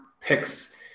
picks